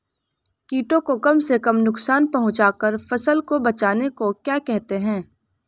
कीटों को कम से कम नुकसान पहुंचा कर फसल को बचाने को क्या कहते हैं?